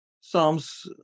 Psalms